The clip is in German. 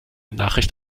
nachricht